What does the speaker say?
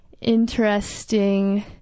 interesting